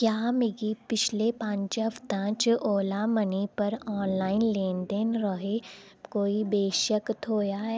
क्या मिगी पिछले पंज हफ्तां च ओला मनी पर आनलाइन लेन देन राहें कोई बशक्क थ्होएआ ऐ